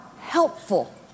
helpful